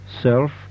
Self